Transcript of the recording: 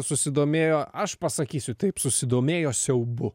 susidomėjo aš pasakysiu taip susidomėjo siaubu